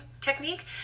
technique